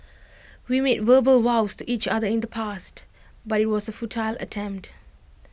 we made verbal vows to each other in the past but IT was A futile attempt